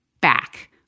back